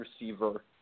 receiver